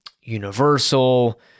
universal